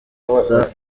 avuza